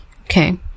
okay